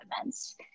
events